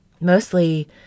Mostly